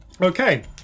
Okay